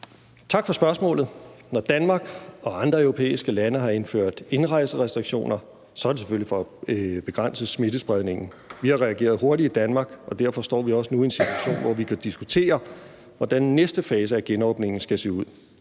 Tak for spørgsmålet. Når Danmark og andre europæiske lande har indført indrejserestriktioner, er det selvfølgelig for at begrænse smittespredningen. Vi har reageret hurtigt i Danmark, og derfor står vi også nu i en situation, hvor vi kan diskutere, hvordan næste fase af genåbningen skal se ud.